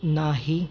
नाही